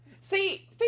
See